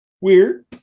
Weird